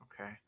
Okay